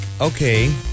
okay